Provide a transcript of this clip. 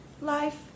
life